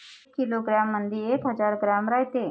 एका किलोग्रॅम मंधी एक हजार ग्रॅम रायते